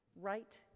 right